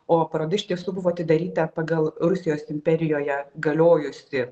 o paroda iš tiesų buvo atidaryta pagal rusijos imperijoje galiojusį